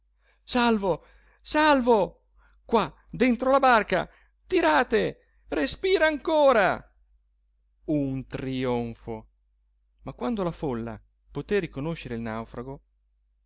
salvo salvo qua dentro la barca tirate respira ancora un trionfo ma quando la folla poté riconoscere il naufrago